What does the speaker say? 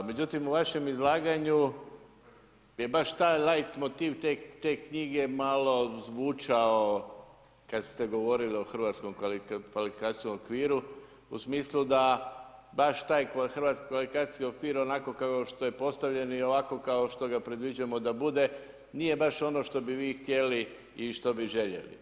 Međutim, u vašem izlaganju je baš taj light motiv te knjige, malo zvučao, kad ste govorili o hrvatskom kvalifikacijskom okviru, u smislu da baš taj hrvatski kvalifikacijski okvir, onako kao što je postavljen i ovako kao što ga predviđamo da bude, nije baš ono što bi vi htjeli i što bi željeli.